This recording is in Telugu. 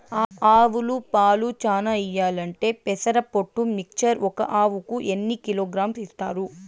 ఆవులు పాలు చానా ఇయ్యాలంటే పెసర పొట్టు మిక్చర్ ఒక ఆవుకు ఎన్ని కిలోగ్రామ్స్ ఇస్తారు?